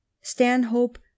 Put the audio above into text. Stanhope